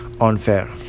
unfair